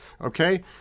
Okay